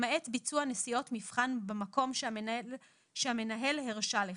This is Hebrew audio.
למעט ביצוע נסיעות מבחן בקום שהמנהל הרשה לכך.